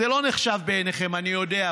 זה לא נחשב בעיניכם, אני יודע.